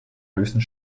höchsten